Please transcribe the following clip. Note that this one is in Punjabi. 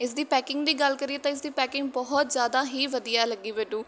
ਇਸ ਦੀ ਪੈਕਿੰਗ ਦੀ ਗੱਲ ਕਰੀਏ ਤਾਂ ਇਸਦੀ ਪੈਕਿੰਗ ਬਹੁਤ ਜ਼ਿਆਦਾ ਹੀ ਵਧੀਆ ਲੱਗੀ ਮੈਨੂੰ